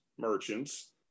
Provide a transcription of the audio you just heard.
merchants